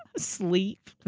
sleep!